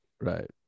Right